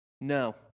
No